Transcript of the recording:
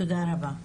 תודה רבה.